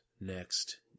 next